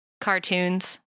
cartoons